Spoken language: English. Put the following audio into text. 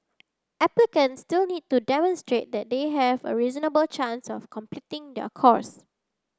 applicants still need to demonstrate that they have a reasonable chance of completing their course